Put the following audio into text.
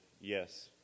Yes